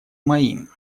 моим